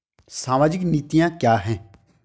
सामाजिक नीतियाँ क्या हैं?